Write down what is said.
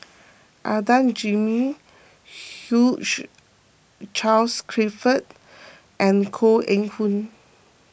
Adan Jimenez Charles Clifford and Koh Eng Hoon